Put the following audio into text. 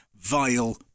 vile